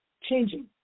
changing